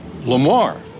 Lamar